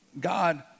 God